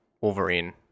Wolverine